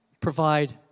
provide